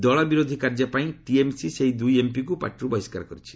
ଦଳ ବିରୋଧୀ କାର୍ଯ୍ୟ ପାଇଁ ଟିଏମ୍ସି ସେହି ଦୁଇ ଏମ୍ପିଙ୍କୁ ପାର୍ଟିରୁ ବହିଷ୍କାର କରିଛି